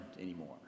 anymore